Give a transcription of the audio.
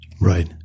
Right